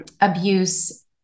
abuse